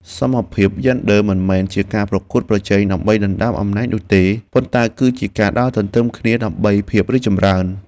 សមភាពយេនឌ័រមិនមែនជាការប្រកួតប្រជែងដើម្បីដណ្តើមអំណាចនោះទេ ប៉ុន្តែគឺជាការដើរទន្ទឹមគ្នាដើម្បីភាពរីកចម្រើន។